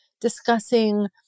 discussing